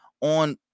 on